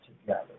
together